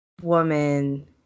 woman